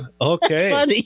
okay